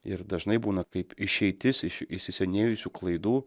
ir dažnai būna kaip išeitis iš įsisenėjusių klaidų